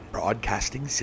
Broadcasting